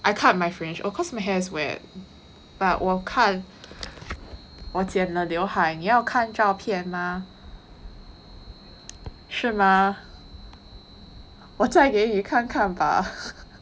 I cut my fringe oh cause my hair is wet but 我看我剪了刘海你要看照片吗是吗我在给你看看吧